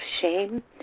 shame